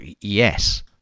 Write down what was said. Yes